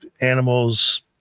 animals